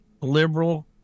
liberal